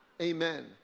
Amen